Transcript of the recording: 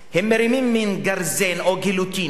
הם מרימים מין גרזן, או גיליוטינה,